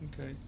Okay